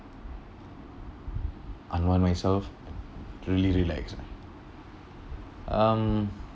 unwind myself really relax um